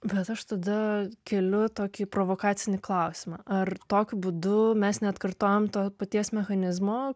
bet aš tada keliu tokį provokacinį klausimą ar tokiu būdu mes neatkartojam to paties mechanizmo